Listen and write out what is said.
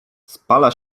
spala